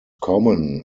common